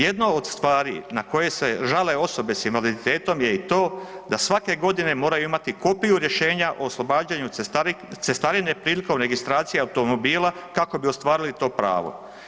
Jedna od stvari na koje se žale osobe s invaliditetom je i to da svake godine moraju imati kopiju rješenja o oslobađanju od cestarine prilikom registracije automobila kako bi ostvarili to pravo.